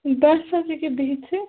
بَس حظ ییٚکیا بِہتٕے